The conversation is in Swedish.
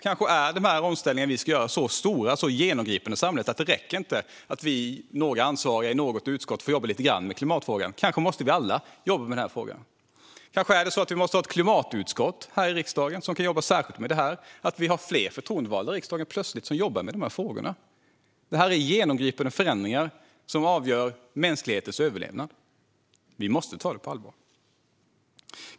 Kanske är de omställningar som vi ska göra så stora och så genomgripande i samhället att det inte räcker att några ansvariga i något utskott får jobba lite grann med klimatfrågan. Kanske måste vi alla jobba med frågan. Kanske måste vi ha ett klimatutskott i riksdagen som kan jobba särskilt med detta. Då har vi plötsligt fler förtroendevalda i riksdagen som jobbar med denna fråga. Detta är genomgripande förändringar som avgör mänsklighetens överlevnad. Vi måste ta det på allvar.